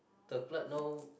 the club no